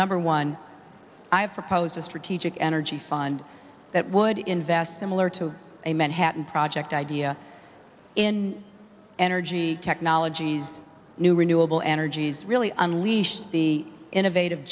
number one i have proposed a strategic energy fund that would invest similar to a manhattan project idea in energy technologies new renewable energies really unleash the innovative